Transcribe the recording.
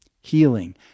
Healing